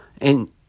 and-